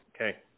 Okay